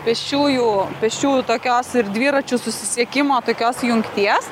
pėsčiųjų pėsčiųjų tokios ir dviračių susisiekimo tokios jungties